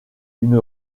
une